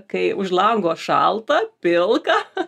kai už lango šalta pilka